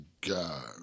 God